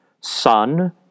Son